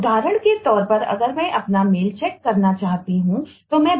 उदाहरण के तौर पर अगर मैं अपना मेल रख सकता हूं